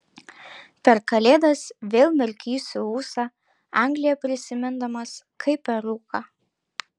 per kalėdas vėl mirkysiu ūsą angliją prisimindamas kaip per rūką